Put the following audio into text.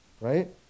Right